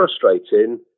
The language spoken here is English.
frustrating